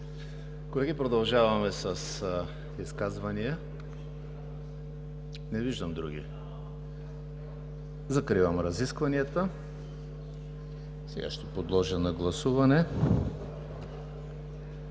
Колеги, продължаваме с изказвания. Не виждам. Закривам разискванията. Сега ще подложа на гласуване